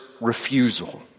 refusal